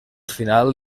final